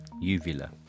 Uvula